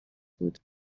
بود